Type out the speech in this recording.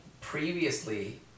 previously